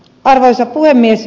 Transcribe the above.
arvoisa puhemies